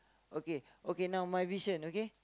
okay okay now my vision okay